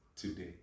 today